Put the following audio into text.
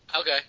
Okay